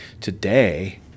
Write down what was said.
Today